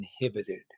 inhibited